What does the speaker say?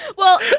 well,